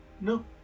No